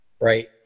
right